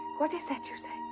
what is that your say?